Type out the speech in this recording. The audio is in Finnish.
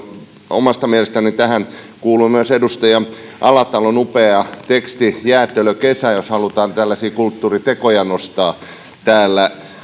omasta mielestäni tähän kuuluu myös edustaja alatalon upea teksti jäätelökesä jos halutaan tällaisia kulttuuritekoja nostaa